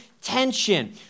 tension